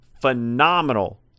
phenomenal